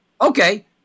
Okay